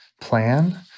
plan